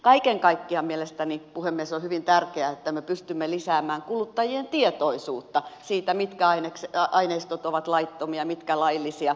kaiken kaikkiaan mielestäni puhemies on hyvin tärkeää että me pystymme lisäämään kuluttajien tietoisuutta siitä mitkä aineistot ovat laittomia ja mitkä laillisia